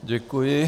Děkuji.